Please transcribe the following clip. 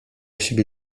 siebie